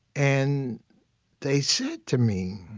and they said to me,